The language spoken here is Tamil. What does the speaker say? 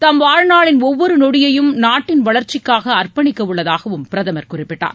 தம் வாழ்நாளின் ஒவ்வொரு நொடியையும் நாட்டின் வளர்ச்சிக்காக அர்ப்பணிக்க உள்ளதாகவும் பிரதமர் குறிப்பிட்டார்